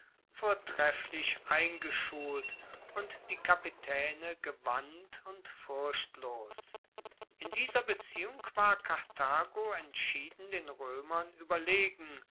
vortrefflich eingeschult und die kapitaene gewandt und furchtlos in dieser beziehung war karthago entschieden den roemern ueberlegen